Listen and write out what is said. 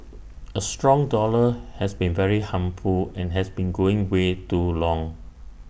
A strong dollar has been very harmful and has been going way too long